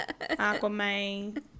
Aquaman